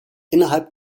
innerhalb